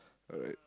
alright